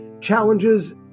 challenges